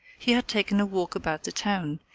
he had taken a walk about the town,